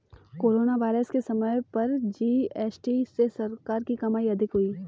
corona virus के समय पर जी.एस.टी से सरकार की कमाई अधिक हुई